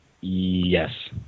yes